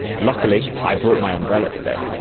luckily i bought my umbrella today.